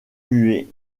muets